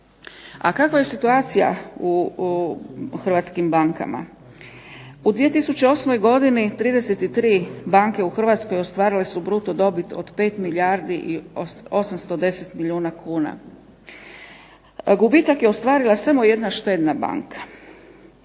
A kakva je situacija u hrvatskim bankama? U 2008. godini 33 banke u Hrvatskoj ostvarile su bruto dobit od 5 milijardi i 810 milijuna kuna. Gubitak je ostvarila samo jedna štedna banka.